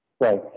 Right